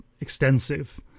extensive